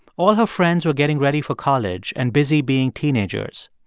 all her friends were getting ready for college and busy being teenagers,